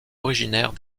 originaires